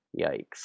Yikes